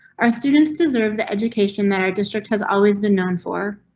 our students deserve the education that our district has always been known for.